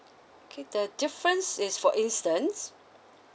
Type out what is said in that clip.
okay the difference is for instance